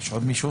יש עוד הערות?